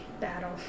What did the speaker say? battle